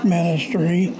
Ministry